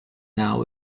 now